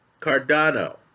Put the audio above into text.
Cardano